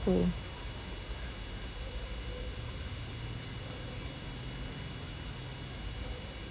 okay